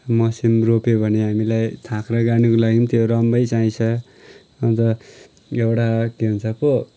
मस्याङ रोप्यो भने हामीलाई थाँक्रा गाड्नुको लागि त्यो रम्भै चाहिन्छ अन्त एउटा के भन्छ पो